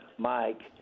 Mike